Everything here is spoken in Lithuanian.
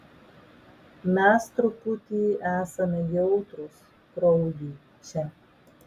mes truputį esame jautrūs kraujui čia